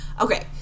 okay